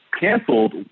canceled